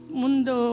mundo